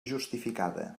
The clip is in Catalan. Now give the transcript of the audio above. justificada